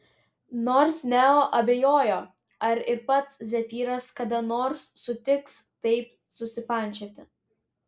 nors neo abejojo ar ir pats zefyras kada nors sutiks taip susipančioti